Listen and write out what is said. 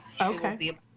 Okay